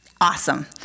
Awesome